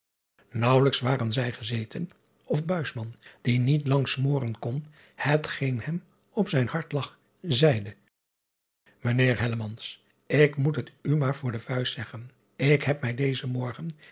aauwelijks waren zij gezeten of die niet lang smoren kon het geen hem op zijn hart lag zeide ijnheer ik moet het u maar voor de vuist zeggen ik heb mij dezen morgen